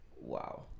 Wow